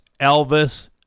Elvis